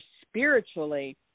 spiritually